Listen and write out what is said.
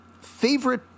favorite